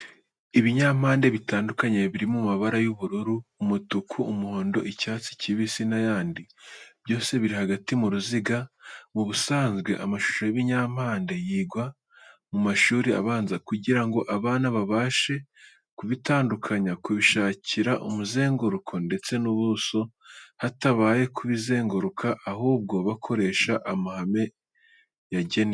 Ibinyampande bitandukanye biri mu mabara y'ubururu, umutuku, umuhondo, icyatsi kibisi n'ayandi, byose biri hagati mu ruziga. Mu busanzwe amashusho y'ibinyampande yigwa mu mashuri abanza kugira ngo abana babashe kubitandukanya, kubishakira umuzenguruko ndetse n'ubuso hatabaye kubizenguruka, ahubwo bakoresha amahame yagenwe.